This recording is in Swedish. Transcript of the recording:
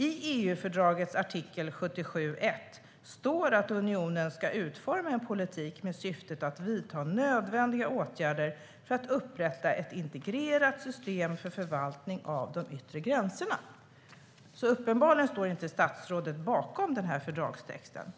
I EU-fördragets artikel 77.1 står att unionen ska utforma en politik med syftet att vidta nödvändiga åtgärder för att upprätta ett integrerat system för förvaltning av de yttre gränserna. Uppenbarligen står inte statsrådet bakom den fördragstexten.